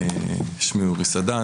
שמי אורי סדן,